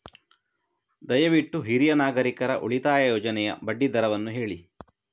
ದಯವಿಟ್ಟು ಹಿರಿಯ ನಾಗರಿಕರ ಉಳಿತಾಯ ಯೋಜನೆಯ ಬಡ್ಡಿ ದರವನ್ನು ಹೇಳಿ